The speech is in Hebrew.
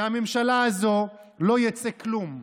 מהממשלה הזו לא יצא כלום.